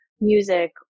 music